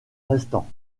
restant